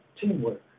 teamwork